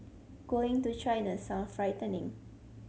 going to China sound frightening